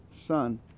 son